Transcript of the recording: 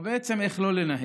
או בעצם על איך לא לנהל,